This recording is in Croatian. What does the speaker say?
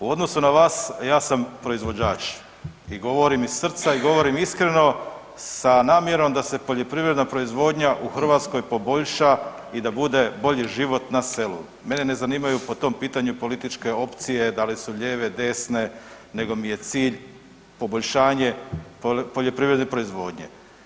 U odnosu na vas ja sam proizvođač i govorim iz srca i govorim iskreno sa namjerom da se poljoprivredna proizvodnja u Hrvatskoj poboljša i da bude bolji život na selu, mene ne zanimaju po tom pitanju političke opcije da li su ljeve, desne, nego mi je cilj poboljšanje poljoprivredne proizvodnje.